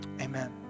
amen